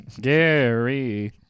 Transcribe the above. Gary